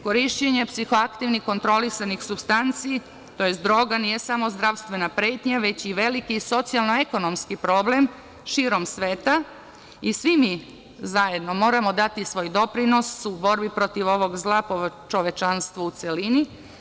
Korišćenje psihoaktivnih kontrolisanih supstanci, tj, droga nije samo zdravstvena pretnja, već i veliki socijalno-ekonomski problem širom sveta i svi mi zajedno moramo dati svoj doprinos u borbi protiv ovog zla po čovečanstvo u celini.